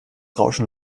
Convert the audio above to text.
rauschen